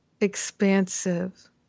expansive